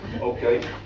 Okay